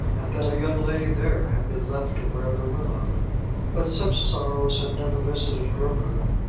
and that a young lady there had been left to wear the willow but such sorrows had never visited her roof,